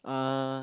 uh